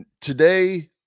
today